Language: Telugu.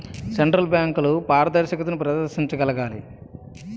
సెంట్రల్ బ్యాంకులు పారదర్శకతను ప్రదర్శించగలగాలి